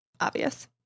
obvious